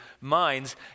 minds